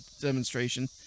demonstration